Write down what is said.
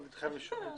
בסדר.